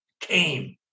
came